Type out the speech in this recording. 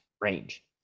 range